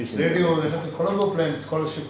station